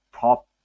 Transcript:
top